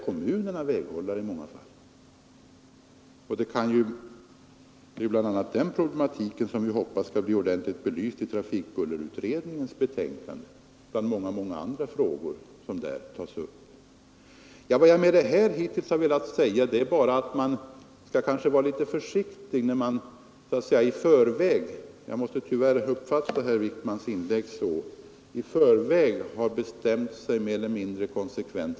Det är bl.a. den problematiken som vi hoppas skall bli ordentligt belyst — bland många andra frågor — i trafikbullerutredningens betänkande. Vad jag velat säga med det jag anfört är bara att man skall vara litet försiktig när man i förväg mer eller mindre konsekvent har bestämt sig för var syndaren finns — jag måste tyvärr uppfatta herr Wijkmans inlägg som om han redan funnit syndaren.